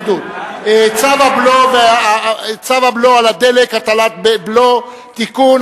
צו הבלו על דלק (הטלת בלו) (תיקון),